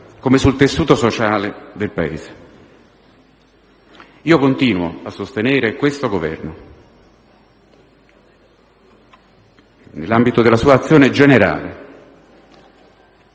come sul tessuto sociale del Paese. Io continuo a sostenere questo Governo nell'ambito della sua azione generale.